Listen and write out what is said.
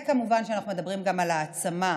כמובן שאנחנו מדברים גם על העצמה,